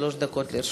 שלוש דקות לרשותך.